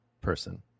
person